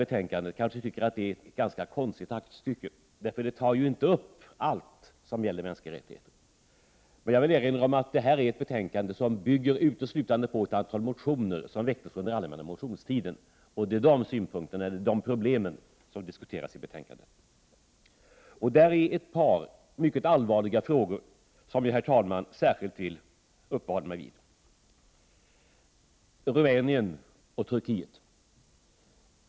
En del kanske tycker att betänkandet är ett ganska konstigt aktstycke, eftersom det ju inte tar upp allt som gäller mänskliga rättigheter. Jag vill erinra om att detta är ett betänkande som uteslutande bygger på ett antal motioner som väcktes under den allmänna motionstiden, och det är de däri upptagna problemen som diskuteras i betänkandet. I detta sammanhang finns det ett par mycket allvarliga frågor som jag, herr talman, särskilt vill uppehålla mig vid: förhållandena i Rumänien och Turkiet.